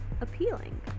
appealing